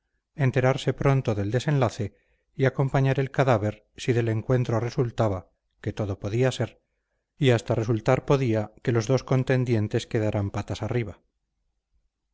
enterarse pronto del desenlace y acompañar el cadáver si del encuentro resultaba que todo podía ser y hasta resultar podía que los dos contendientes quedaran patas arriba